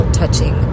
touching